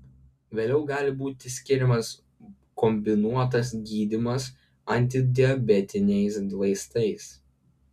vėliau gali būti skiriamas kombinuotas gydymas antidiabetiniais vaistais